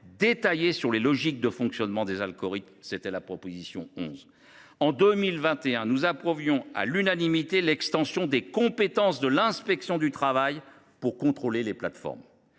détaillé sur les logiques de fonctionnement des algorithmes – proposition n° 11. En 2021, nous approuvions à l’unanimité l’extension des compétences de l’inspection du travail pour contrôler les plateformes.